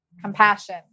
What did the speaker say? compassion